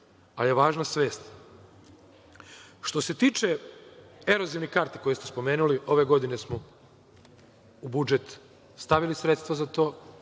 ali je važna svest. Što se tiče erozivnih karti, koje ste spomenuli, ove godine smo u budžet stavili sredstva za to,